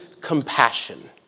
compassion